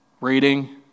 reading